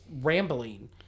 rambling